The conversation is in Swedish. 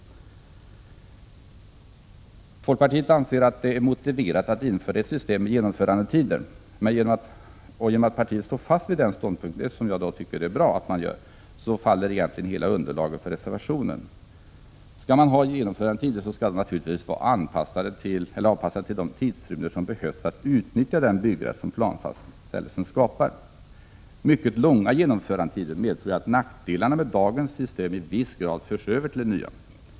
Folkpartiet anser att det är motiverat att införa ett system med genomförandetider. Genom att partiet står fast vid denna ståndpunkt, vilket jag tycker är bra, finns det egentligen ingen grund för reservationen. Skall man ha genomförandetider skall de naturligtvis vara avpassade till de tidrymder som behövs för att utnyttja den byggrätt som planfastställelsen skapar. Mycket långa genomförandetider medför att nackdelarna med dagens system i viss grad förs över till det nya.